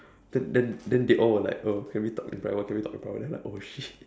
then then then they all were like oh can we talk in private can we talk in private then like oh shit